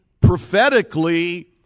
prophetically